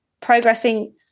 progressing